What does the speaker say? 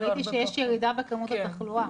כי ראיתי שיש ירידה בכמות התחלואה.